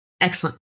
Excellent